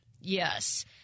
Yes